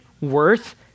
worth